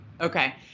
Okay